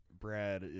Brad